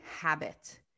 habit